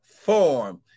form